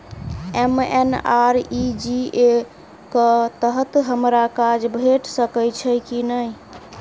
MNREGA कऽ तहत हमरा काज भेट सकय छई की नहि?